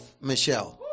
Michelle